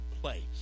place